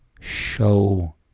show